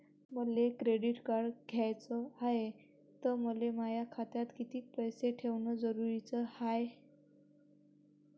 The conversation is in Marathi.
मले क्रेडिट कार्ड घ्याचं हाय, त मले माया खात्यात कितीक पैसे ठेवणं जरुरीच हाय?